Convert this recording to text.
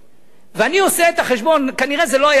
ואני עושה את החשבון, כנראה זה לא היה קורה, אבל